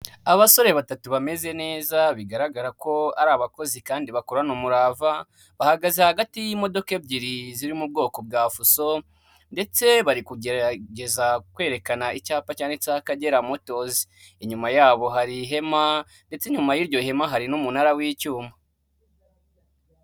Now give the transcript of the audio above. Abasore batatu bameze neza bigaragara ko ari abakozi kandi bakorana umurava, bahagaze hagati y'imodoka ebyiri ziri mu bwoko bwa fuso ndetse bari kugerageza kwerekana icyapa cyanditseho Akagera motozi, inyuma yabo hari ihema ndetse inyuma y'iryo hema hari n'umunara w'icyuma.